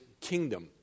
kingdom